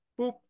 boop